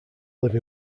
live